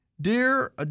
Dear